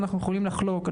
אנחנו יכולים לחלוק,